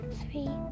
three